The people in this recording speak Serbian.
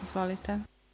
Izvolite.